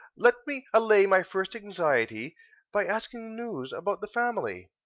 let me allay my first anxiety by asking news about the family.